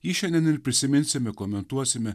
jį šiandien ir prisiminsime komentuosime